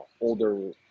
older